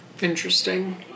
Interesting